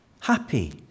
Happy